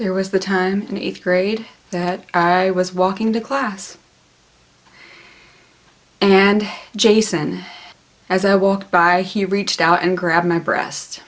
there was the time and eighth grade that i was walking to class and jason as i walked by he reached out and grabbed my breast